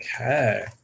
Okay